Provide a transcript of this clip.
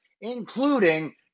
including